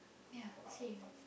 ya same